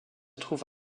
trouve